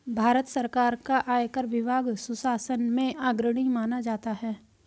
भारत सरकार का आयकर विभाग सुशासन में अग्रणी माना जाता है